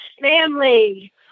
family